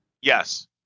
Yes